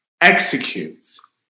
executes